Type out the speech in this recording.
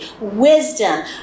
wisdom